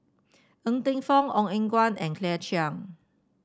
Ng Teng Fong Ong Eng Guan and Claire Chiang